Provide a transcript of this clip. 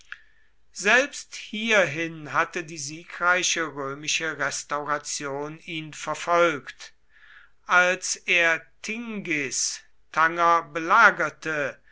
selbst hierhin hatte die siegreiche römische restauration ihn verfolgt als er tingis tanger belagerte